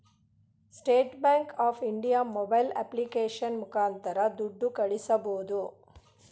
state Bank of India mobile application ಮುಖಾಂತರ ದುಡ್ಡು ಕಳಿಸಬೋದು